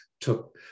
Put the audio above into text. took